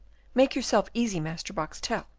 make yourself easy, master boxtel,